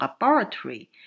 laboratory